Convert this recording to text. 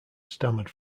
stammered